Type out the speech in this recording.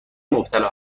مبتلا